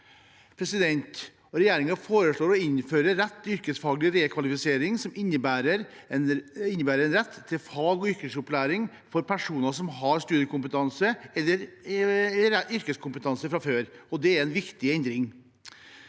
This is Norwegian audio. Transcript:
endre seg. Regjeringen foreslår å innføre rett til yrkesfaglig rekvalifisering, noe som innebærer en rett til fag- og yrkesopplæring for personer som har studiekompetanse eller har yrkeskompetanse fra før. Det er en viktig endring.